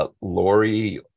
Lori